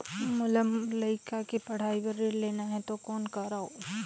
मोला मोर लइका के पढ़ाई बर ऋण लेना है तो कौन करव?